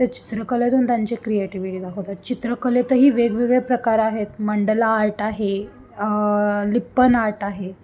तर चित्रकलेतून त्यांचे क्रिएटिव्हिटी दाखवतात चित्रकलेतही वेगवेगळे प्रकार आहेत मंडला आर्ट आहे लिप्पन आर्ट आहे